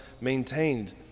maintained